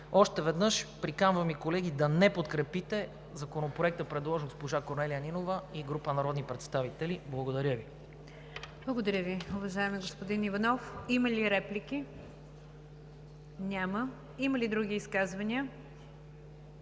Още веднъж – приканвам Ви, колеги, да не подкрепите Законопроекта, предложен от госпожа Корнелия Нинова и група народни представители. Благодаря Ви. ПРЕДСЕДАТЕЛ НИГЯР ДЖАФЕР: Благодаря Ви, уважаеми господин Иванов. Има ли реплики? Няма. Има ли други изказвания?